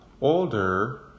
older